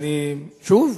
שוב?